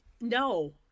No